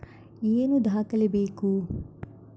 ಏನು ದಾಖಲೆ ಬೇಕು?